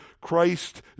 christ